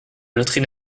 loterie